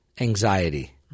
anxiety